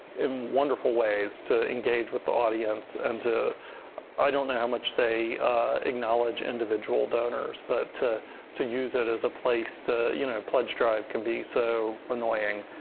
in wonderful ways. to engage with the audience and i don't know how much they acknowledge individual donors. but to to use it as a place to you know? pledge drive can be so annoying.